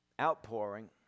outpouring